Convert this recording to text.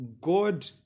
God